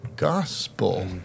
Gospel